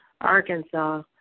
Arkansas